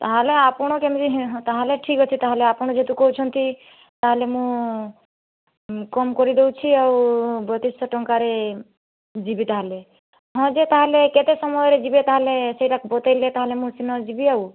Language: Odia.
ତାହେଲେ ଆପଣ କେମିତି ହେ ହଁ ତା'ହେଲେ ଠିକ ଅଛେ ତା'ହେଲେ ଆପଣ ଯେହେତୁ କହୁଛନ୍ତି ତା'ହେଲେ ମୁଁ କମ୍ କରିଦେଉଛି ଆଉ ବତିଶ ଶହ ଟଙ୍କାରେ ଯିବି ତା'ହେଲେ ହଁ ଯେ ତାହେଲେ କେତେ ସମୟରେ ଯିବେ ତା'ହେଲେ ସେଇଟାକୁ ବତେଇଲେ ତା'ହେଲେ ମୁଁ ସିନା ଯିବି ଆଉ